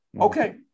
Okay